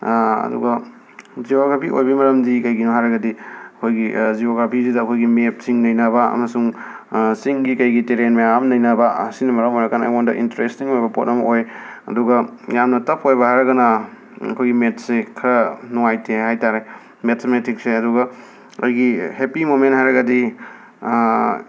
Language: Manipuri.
ꯑꯗꯨꯒ ꯖꯤꯑꯣꯒ꯭ꯔꯥꯐꯤ ꯑꯣꯏꯕꯒꯤ ꯃꯔꯝꯗꯤ ꯀꯩꯒꯤꯅꯣ ꯍꯥꯏꯔꯒꯗꯤ ꯑꯩꯈꯣꯏꯒꯤ ꯖꯤꯑꯣꯒ꯭ꯔꯥꯐꯤꯁꯤꯗ ꯑꯩꯈꯣꯏꯒꯤ ꯃꯦꯞꯁꯤꯡ ꯅꯩꯅꯕ ꯑꯃꯁꯨꯡ ꯆꯤꯡꯒꯤ ꯀꯩꯒꯤ ꯇꯦꯔꯦꯟ ꯃꯌꯥꯝ ꯅꯩꯅꯕ ꯑꯁꯤꯅ ꯃꯔꯝ ꯑꯣꯏꯔꯀꯥꯟꯗ ꯑꯩꯉꯣꯟꯗ ꯏꯟꯇꯔꯦꯁꯇꯤꯡ ꯑꯣꯏꯕ ꯄꯣꯠ ꯑꯃ ꯑꯣꯏ ꯑꯗꯨꯒ ꯌꯥꯝꯅ ꯇꯐ ꯑꯣꯏꯕ ꯍꯥꯏꯔꯒꯅ ꯑꯩꯈꯣꯏꯒꯤ ꯃꯦꯠꯁꯦ ꯈꯔ ꯅꯨꯡꯉꯥꯏꯇꯦ ꯍꯥꯏ ꯇꯥꯔꯦ ꯃꯦꯊꯃꯦꯇꯤꯛꯁꯦ ꯑꯗꯨꯒ ꯑꯩꯒꯤ ꯍꯦꯞꯄꯤ ꯃꯣꯃꯦꯟ ꯍꯥꯏꯔꯒꯗꯤ